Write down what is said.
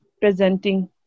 presenting